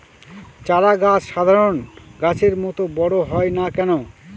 চারা গাছ সাধারণ গাছের মত বড় হয় না কেনো?